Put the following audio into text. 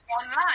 online